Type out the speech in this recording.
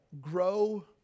grow